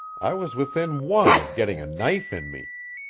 i was within one of getting a knife in me.